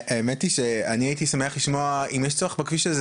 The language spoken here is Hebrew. האמת היא שאני הייתי מאוד שמח לשמוע אם יש צורך בכביש הזה,